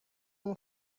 اون